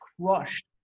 crushed